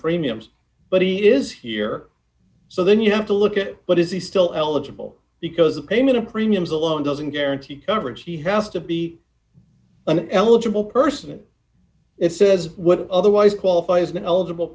premiums but he is here so then you have to look at it but is he still eligible because the payment of premiums alone doesn't guarantee coverage he has to be an eligible person it says would otherwise qualify as an eligible